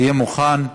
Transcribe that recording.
תהיה מוכן.